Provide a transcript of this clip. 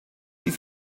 wie